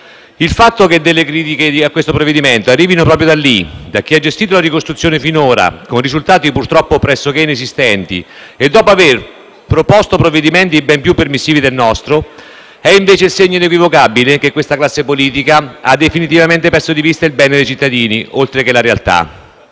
Il fatto che delle critiche al provvedimento in esame arrivino proprio da lì, da chi ha gestito finora la ricostruzione, con risultati purtroppo pressoché inesistenti, e dopo aver proposto provvedimenti ben più permissivi del nostro, è invece il segno inequivocabile che questa classe politica ha definitivamente perso di vista il bene dei cittadini, oltre che la realtà.